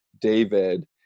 David